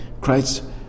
Christ